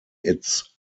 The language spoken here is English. its